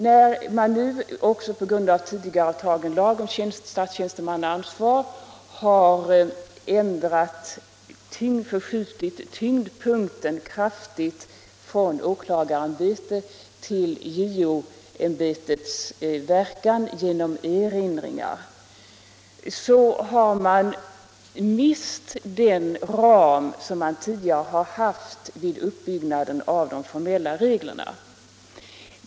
När man nu — också på grund av tidigare antagen lag om statstjänstemannaansvar — kraftigt har förskjutit tyngdpunkten från åklagarämbete till JO-ämbetets verkan genom erinringar, har man mist den ram som man tidigare har haft vid uppbyggnaden av de formella reglerna.